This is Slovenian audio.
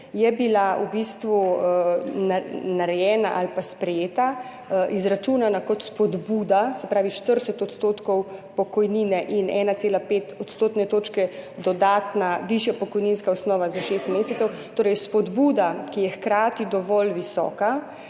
je bila v bistvu narejena ali pa sprejeta in izračunana kot spodbuda, se pravi 40 % pokojnine in 1,5 odstotne točke dodatna, višja pokojninska osnova za šest mesecev, torej spodbuda, ki je hkrati dovolj visoka